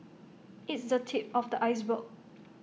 it's the tip of the iceberg